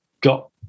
got